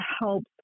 helps